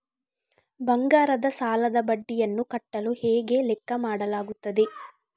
ಬಂಗಾರದ ಸಾಲದ ಬಡ್ಡಿಯನ್ನು ಕಟ್ಟಲು ಹೇಗೆ ಲೆಕ್ಕ ಮಾಡಲಾಗುತ್ತದೆ?